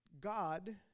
God